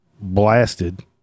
blasted